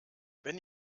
wenn